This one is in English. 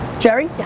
jerry? yeah